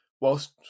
Whilst